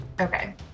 Okay